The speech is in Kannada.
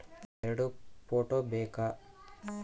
ಎರಡು ಫೋಟೋ ಬೇಕಾ?